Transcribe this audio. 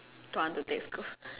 don't want to take Scoot